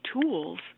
tools